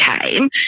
came